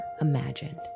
imagined